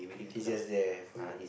it's just there for you